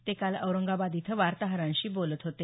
ते काल औरंगाबाद इथं वार्ताहरांशी बोलत होते